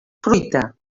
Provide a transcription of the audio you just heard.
fruita